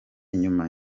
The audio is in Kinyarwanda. inyuma